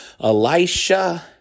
Elisha